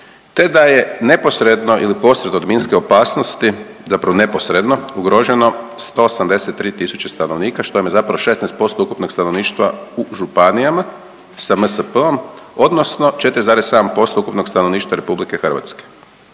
te da je neposredno ili posredno od minske opasnosti, zapravo neposredno ugroženo 183000 stanovnika što je zapravo 16% ukupnog stanovništva u županijama, sa MSP-om, odnosno 4,7% ukupnog stanovništva RH.